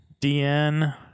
DN